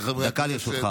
חבריי חברי הכנסת,